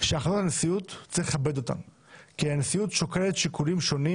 שאת החלטת הנשיאות צריך לכבד כי הנשיאות שוקלת שיקולים שונים